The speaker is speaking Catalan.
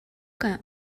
que